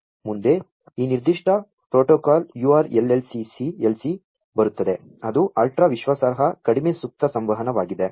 ಮುಂದೆ ಈ ನಿರ್ದಿಷ್ಟ ಪ್ರೋಟೋಕಾಲ್ URLLC ಬರುತ್ತದೆ ಅದು ಅಲ್ಟ್ರಾ ವಿಶ್ವಾಸಾರ್ಹ ಕಡಿಮೆ ಸುಪ್ತ ಸಂವಹನವಾಗಿದೆ